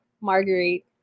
Marguerite